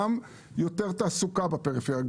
גם יותר תעסוקה בפריפריה,